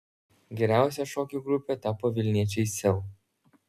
geriausia šokių grupe tapo vilniečiai sel